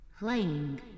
playing